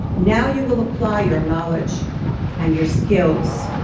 now, you will apply your knowledge and your skills,